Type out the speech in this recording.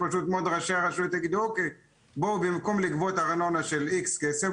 פשוט מאוד שראשי הרשויות יגידו: במקום לגבות ארנונה של X כסף,